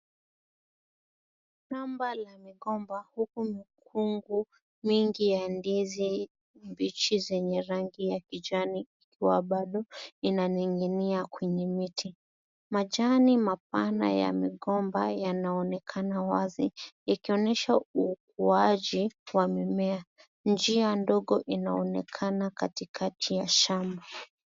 Shamba la migomba huku mikungu mingi ya ndizi zenye rangi ya kijani ikiwa bado inaninginia kwenye miti. Majani mapana ya migomba, yanaonekana wazi, ikionesha ukuaji wa mimea. Njia ndogo inaonekana katikati ya shamba.